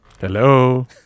Hello